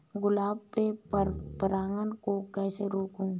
गुलाब में पर परागन को कैसे रोकुं?